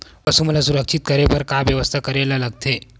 पशु मन ल सुरक्षित रखे बर का बेवस्था करेला लगथे?